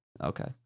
Okay